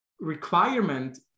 requirement